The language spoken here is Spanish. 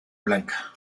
blanca